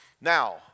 Now